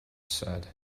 said